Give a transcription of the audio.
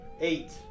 Eight